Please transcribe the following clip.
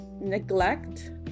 neglect